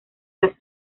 las